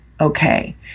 okay